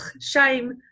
shame